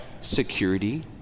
security